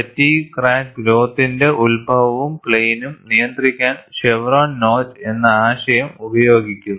fatigue crack ഗ്രോത്തിന്റെ ഉത്ഭവവും പ്ലെയിനും നിയന്ത്രിക്കാൻ ഷെവ്റോൺ നോച്ച് എന്ന ആശയം ഉപയോഗിക്കുന്നു